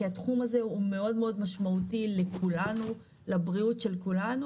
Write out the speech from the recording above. כי התחום הזה הוא משמעותי מאוד לבריאות של כולנו.